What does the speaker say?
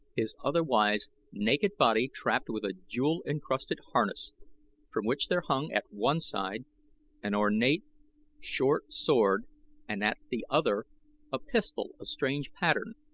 his otherwise naked body trapped with a jewel-encrusted harness from which there hung at one side an ornate short-sword and at the other a pistol of strange pattern.